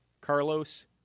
Carlos